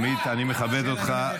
עמית, אני מכבד אותך.